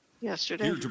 yesterday